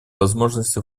возможностью